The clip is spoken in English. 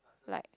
like